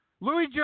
Louis